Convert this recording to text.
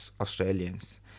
Australians